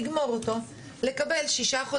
לקבל שישה,